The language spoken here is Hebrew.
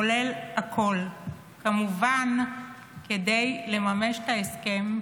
כולל הכול, כמובן כדי לממש את ההסכם,